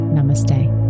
Namaste